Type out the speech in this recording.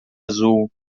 azul